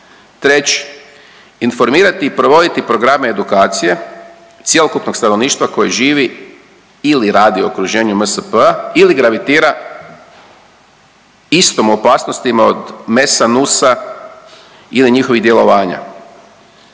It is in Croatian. Treći, informirati i provoditi programe edukacije cjelokupnog stanovništva koje živi ili radi u okruženju MSP-a ili gravitira istom opasnostima od MES-a, NUS-a ili njihovih djelovanja.